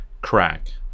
crack